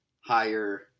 higher